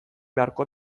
beharko